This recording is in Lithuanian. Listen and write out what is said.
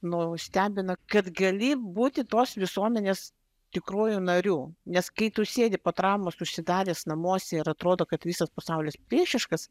nustebina kad gali būti tos visuomenės tikruoju nariu nes kai tu sėdi po traumos užsidaręs namuose ir atrodo kad visas pasaulis priešiškas